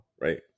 Right